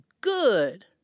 good